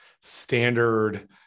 standard